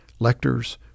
lectors